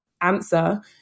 answer